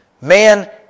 Man